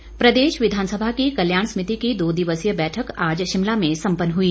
समिति बैठक प्रदेश विधानसभा की कल्याण समिति की दो दिवसीय बैठक आज शिमला में सम्पन्न हई